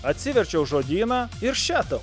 atsiverčiau žodyną ir še tau